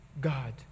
God